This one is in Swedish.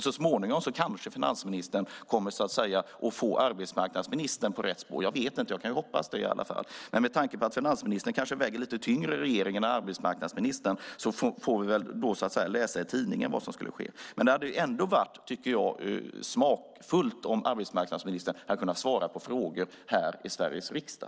Så småningom kanske finansministern kommer att få arbetsmarknadsministern på rätt spår. Jag vet inte. Jag kan hoppas det i alla fall. Men med tanke på att finansministern kanske väger lite tyngre i regeringen än arbetsmarknadsministern får vi väl läsa i tidningen vad som ska ske. Men jag tycker ändå att det hade varit smakfullt om arbetsmarknadsministern hade kunnat svara på frågor här i Sveriges riksdag.